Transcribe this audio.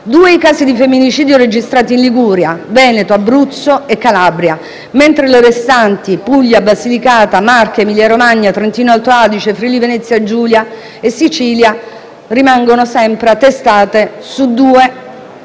Due i casi di femminicidio registrati in Liguria, Veneto, Abruzzo e Calabria, mentre le restanti Puglia, Basilicata, Marche, Emilia-Romagna, Trentino Alto-Adige, Friuli Venezia-Giulia e Sicilia. È il caso dì